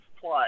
play